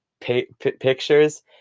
pictures